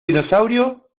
dinosaurio